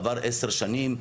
עבר עשר שנים.